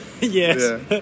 Yes